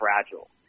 fragile